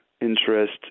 interest